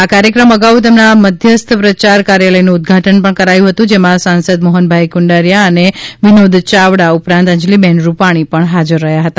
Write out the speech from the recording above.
આ કાર્યક્રમ અગાઉ તેમના મધ્યસ્થ પ્રચાર કાર્યાલયનું ઉદ્વાટન પણ કરાયું હતું જેમાં સાંસદ મોહનભાઇ કુંદરિયા અને વિનોદ ચાવડા ઉપરાંત અંજલિબેન રૂપાણી પણ હાજર રહ્યા હતા